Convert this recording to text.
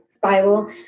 Bible